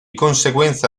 conseguenza